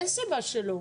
אין סיבה שלא.